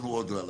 אבל,